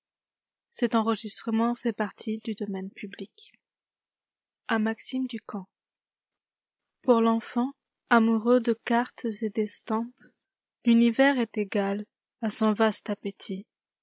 a uaximb du camp pour l'enfant amoureux de cartes et d estampes l'univers est égal à son vaste appétit